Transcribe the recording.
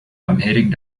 heading